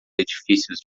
edifícios